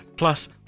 Plus